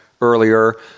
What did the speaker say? earlier